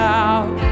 out